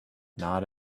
not